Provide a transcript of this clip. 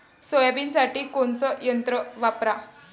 सोयाबीनसाठी कोनचं यंत्र वापरा?